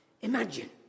imagine